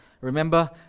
remember